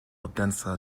odense